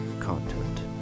content